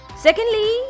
secondly